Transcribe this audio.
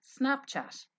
Snapchat